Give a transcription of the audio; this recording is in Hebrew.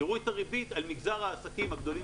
תראו את הריבית על מגזר העסקים הגדולים